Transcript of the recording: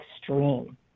extreme